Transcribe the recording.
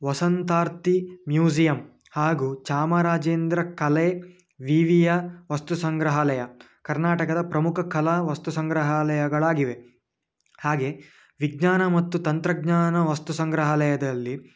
ವಸಂತಾರ್ತಿ museum ಹಾಗು ಚಾಮರಾಜೇಂದ್ರ ಕಲೆ ವಿವಿಯ ವಸ್ತು ಸಂಗ್ರಹಾಲಯ ಕರ್ನಾಟಕದ ಪ್ರಮುಖ ಕಲಾ ವಸ್ತು ಸಂಗ್ರಹಾಲಯಗಳಾಗಿವೆ ಹಾಗೇ ವಿಜ್ಞಾನ ಮತ್ತು ತಂತ್ರಜ್ಞಾನ ವಸ್ತು ಸಂಗ್ರಹಾಲಯದಲ್ಲಿ